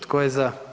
Tko je za?